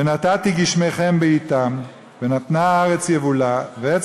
ונתתי גשמיכם בעתם ונתנה הארץ יבולה ועץ